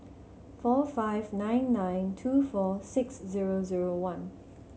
four five nine nine two four six zero zero one